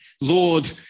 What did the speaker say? Lord